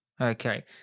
Okay